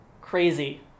crazy